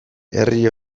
herri